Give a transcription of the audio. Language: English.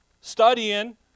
Studying